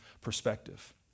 perspective